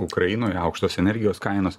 ukrainoje aukštos energijos kainos